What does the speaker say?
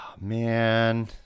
man